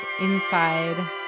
inside